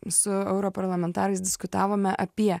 su europarlamentarais diskutavome apie